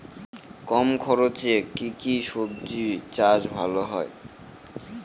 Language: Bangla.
কম খরচে কি সবজি চাষ ভালো হয়?